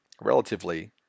relatively